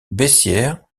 bessières